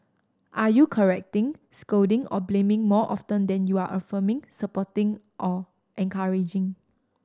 are you correcting scolding or blaming more often than you are affirming supporting or encouraging